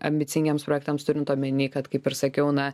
ambicingiems projektams turint omeny kad kaip ir sakiau na